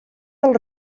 del